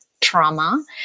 trauma